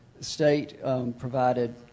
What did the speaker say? state-provided